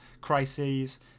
crises